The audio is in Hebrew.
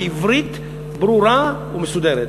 בעברית ברורה ומסודרת.